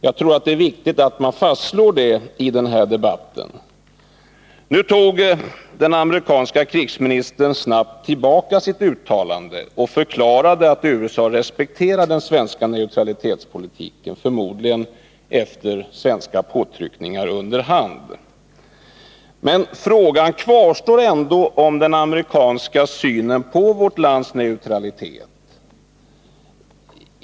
Jag tror att det är viktigt att man fastslår det i den här debatten. Nu tog den amerikanske krigsministern snabbt tillbaka sitt uttalande och förklarade att USA respekterar den svenska neutralitetspolitiken, förmodligen efter svenska påtryckningar under hand. Men frågan om den amerikanska synen på vårt lands neutralitet kvarstår ändå.